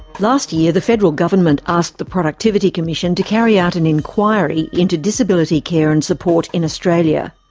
last year, the federal government asked the productivity commission to carry out an inquiry into disability care and support in australia.